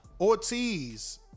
Ortiz